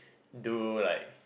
do like